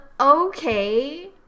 okay